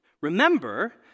Remember